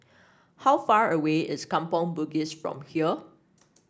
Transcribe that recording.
how far away is Kampong Bugis from here